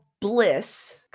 Bliss